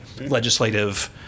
legislative